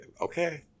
Okay